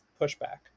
pushback